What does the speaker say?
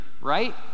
right